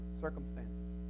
circumstances